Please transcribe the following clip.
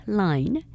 line